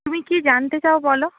তুমি কি জানতে চাও বলো